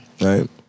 right